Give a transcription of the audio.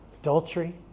adultery